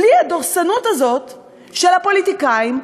בלי הדורסנות הזאת של הפוליטיקאים,